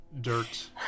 dirt